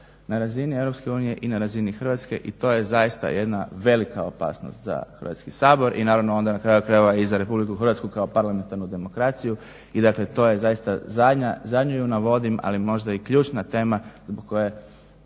na razini EU i na razini Hrvatske. I to je zaista jedna velika opasnost za Hrvatski sabor i naravno onda na kraju krajeva i za RH kao parlamentarnu demokraciju. Dakle, to je zaista zadnja, zadnju ju navodim, ali možda i ključna tema zbog koje